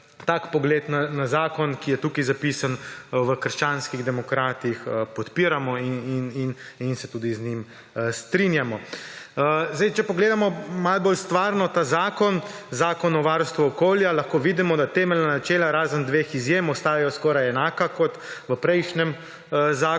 tak pogled na zakon, ki je tukaj zapisan, v krščanskih demokratih podpiramo in se tudi z njim strinjamo. Če pogledamo malo bolj stvarno ta zakon, Zakon o varstvu okolja, lahko vidimo, da temeljna načela, razen dveh izjem, ostajajo skoraj enaka kot v prejšnjem zakonu.